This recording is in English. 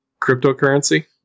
cryptocurrency